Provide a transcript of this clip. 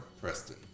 Preston